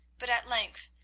but at length,